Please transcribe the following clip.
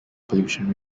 pollution